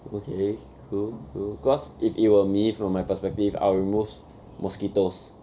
okay cool cool cause if it were me from my perspective I will remove mosquitoes